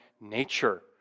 nature